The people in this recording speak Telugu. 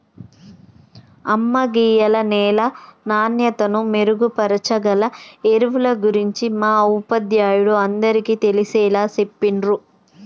అమ్మ గీయాల నేల నాణ్యతను మెరుగుపరచాగల ఎరువుల గురించి మా ఉపాధ్యాయుడు అందరికీ తెలిసేలా చెప్పిర్రు